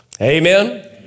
Amen